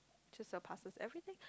just surpasses everything